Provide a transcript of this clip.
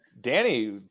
Danny